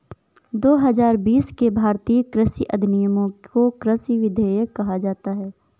दो हजार बीस के भारतीय कृषि अधिनियमों को कृषि विधेयक कहा जाता है